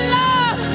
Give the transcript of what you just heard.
love